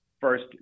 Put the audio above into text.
first